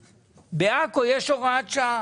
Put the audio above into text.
בעכו יש הוראת שעה